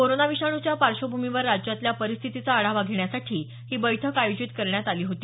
corona विषाणूच्या पार्श्वभूमीवर राज्यातल्या परिस्थितीचा आढावा घेण्यासाठी ही बैठक आयोजित करण्यात आली होती